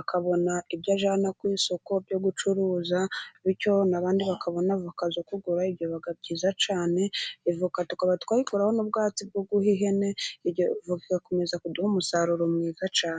akabona ibyo ajyana ku isoko byo gucuruza, bityo abandi bakabona bakaza kugura ibyo biba byiza cyane. Avoka tukaba twayikuraho n'ubwatsi bwo guha ihene igakomeza kuduha umusaruro mwiza cyane.